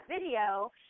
video